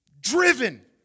driven